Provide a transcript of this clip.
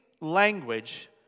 language